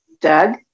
Doug